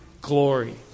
glory